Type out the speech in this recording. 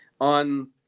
On